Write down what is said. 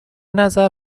نظر